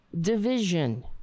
division